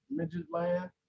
Midgetland